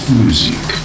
music